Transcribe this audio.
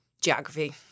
Geography